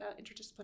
interdisciplinary